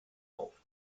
auf